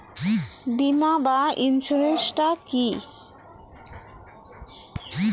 বিমা বা ইন্সুরেন্স টা কি?